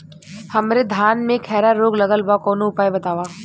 हमरे धान में खैरा रोग लगल बा कवनो उपाय बतावा?